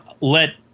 let